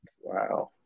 Wow